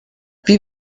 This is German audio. wie